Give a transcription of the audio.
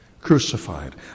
crucified